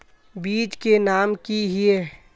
बीज के नाम की हिये?